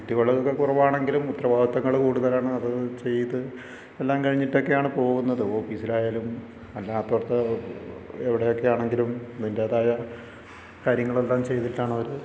കുട്ടികൾ ഒക്കെ കുറവാണെങ്കിലും ഉത്തരവാദിത്വങ്ങൾ കൂടുതലാണ് അത് ചെയ്ത് എല്ലാം കഴിഞ്ഞിട്ട് ഒക്കെയാണ് പോകുന്നത് ഓഫീസിലായാലും അല്ലാത്തിടത്ത് എവിടെയൊക്കെയാണെങ്കിലും അതിൻ്റേതായ കാര്യങ്ങൾ എല്ലാം ചെയ്തിട്ടാണ് അവർ